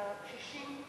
לקשישים,